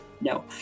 No